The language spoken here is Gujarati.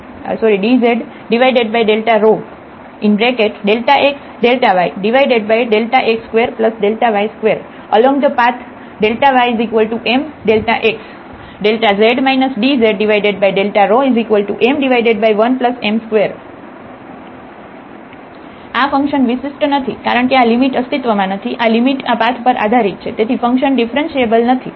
z dz ΔxΔyΔx2Δy2 Along the path ymΔx z dz m1m2 તેથી આ ફંકશન વિશિષ્ટ નથી કારણ કે આ લિમિટ અસ્તિત્વમાં નથી આ લિમિટ આ પાથ પર આધારિત છે તેથી ફંકશન ડીફરન્શીએબલ નથી